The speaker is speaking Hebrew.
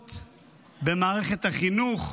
הגזרות במערכת החינוך?